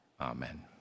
amen